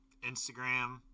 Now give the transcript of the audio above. instagram